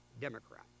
Democrat